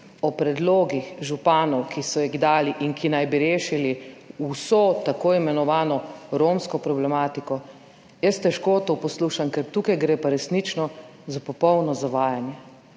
o predlogih županov, ki so jih dali in ki naj bi rešili vso tako imenovano romsko problematiko – jaz težko to poslušam, ker tukaj gre pa resnično za popolno zavajanje.